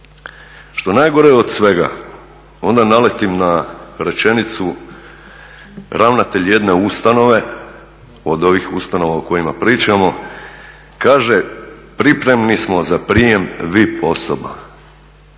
Što je najgore od svega, onda naletim na rečenicu ravnatelj jedne ustanove, od ovih ustanova o kojima pričamo, kaže pripremni smo za prijem VIP osoba.